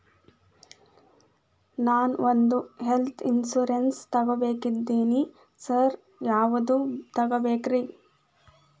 ನಾನ್ ಒಂದ್ health insurance ತಗಬೇಕಂತಿದೇನಿ sir ಯಾವದ ತಗಬೇಕ್ರಿ?